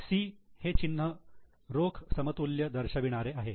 'C' हे चिन्ह रोख समतुल्य दर्शवणारे आहे